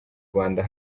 rwanda